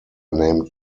named